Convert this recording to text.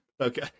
Okay